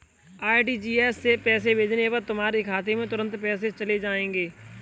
RTGS से पैसे भेजने पर तुम्हारे खाते में तुरंत पैसे चले जाएंगे